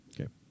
okay